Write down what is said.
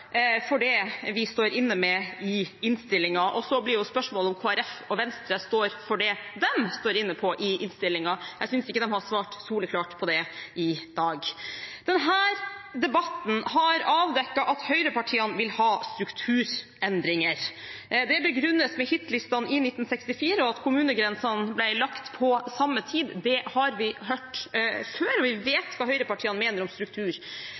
for det vi har i innstillingen, og så blir spørsmålet om Kristelig Folkeparti og Venstre står for det de har i innstillingen. Jeg synes ikke de har svart soleklart på det i dag. Denne debatten har avdekket at høyrepartiene vil ha strukturendringer. Det begrunnes med hitlistene i 1964, og at kommunegrensene ble lagt på samme tid. Det har vi hørt før, og vi vet hva høyrepartiene mener om struktur.